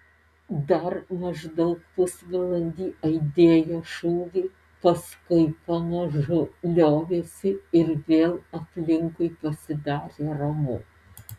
dar maždaug pusvalandį aidėjo šūviai paskui pamažu liovėsi ir vėl aplinkui pasidarė ramu